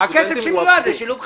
הכסף שמיועד לשילוב חרדים.